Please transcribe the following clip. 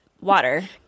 water